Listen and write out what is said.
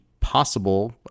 possible